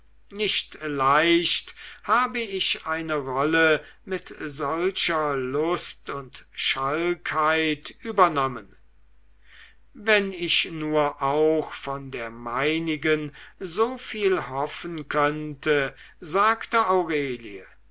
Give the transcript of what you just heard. nicht leicht habe ich eine rolle mit solcher lust und schallheit übernommen wenn ich nur auch von der meinigen so viel hoffen könnte sagte aurelie